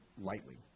lightly